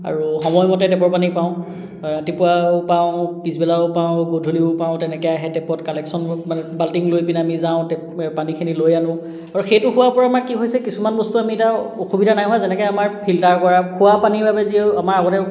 আৰু সময়মতে টেপৰ পানী পাওঁ ৰাতিপুৱাও পাওঁ পিছবেলাও পাওঁ গধূলিও পাওঁ তেনেকৈ আহে টেপত কালেকশ্যনবোৰ মানে বাল্টিং লৈ আমি যাওঁ টেপৰ পানীখিনি লৈ আনোঁ আৰু সেইটো হোৱাৰ পৰা আমাৰ কি হৈছে কিছুমান বস্তু আমি এতিয়া অসুবিধা নাই হোৱা যেনেকৈ আমাৰ ফিল্টাৰ কৰা খোৱা পানীৰ বাবে যি আমাৰ আগতে